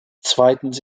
zweitens